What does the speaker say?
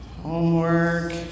Homework